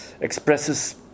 expresses